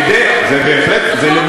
זה בהחלט, זה חוק עובדים זרים.